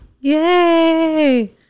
Yay